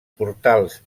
portals